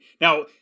Now